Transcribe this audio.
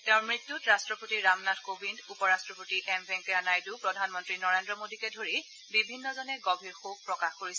তেওঁৰ মৃত্যুত ৰাট্টপতি ৰামনাথ কোবিন্দ উপৰাট্টপতি এম ভেংকেয়া নাইডু প্ৰধানমন্ত্ৰী নৰেন্দ্ৰ মোদীকে ধৰি বিভিন্নজনে গভীৰ শোক প্ৰকাশ কৰিছে